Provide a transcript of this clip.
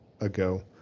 ago